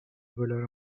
color